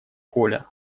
коля